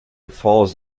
falls